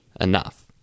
enough